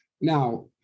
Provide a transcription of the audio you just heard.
now